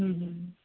ہوں ہوں ہوں